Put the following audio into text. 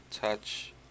touch